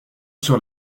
sur